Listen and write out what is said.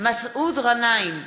מסעוד גנאים,